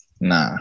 nah